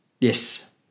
Yes